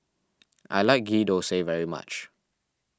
I like Ghee Thosai very much